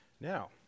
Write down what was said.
Now